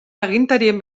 agintarien